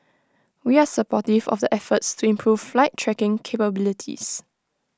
we are supportive of the efforts to improve flight tracking capabilities